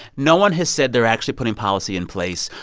no one has said they're actually putting policy in place.